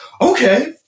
Okay